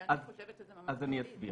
כשאני חושבת שזה ממש לא יעיל.